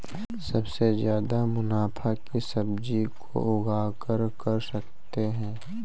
सबसे ज्यादा मुनाफा किस सब्जी को उगाकर कर सकते हैं?